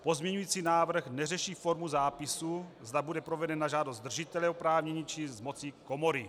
Pozměňující návrh neřeší formu zápisu, zda bude proveden na žádost držitele oprávnění, či z moci komory.